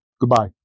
Goodbye